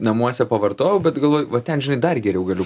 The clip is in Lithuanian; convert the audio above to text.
namuose pavartojau bet galvoju va ten žinai dar geriau galiu